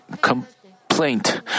complaint